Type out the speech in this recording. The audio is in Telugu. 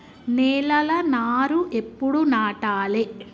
నేలలా నారు ఎప్పుడు నాటాలె?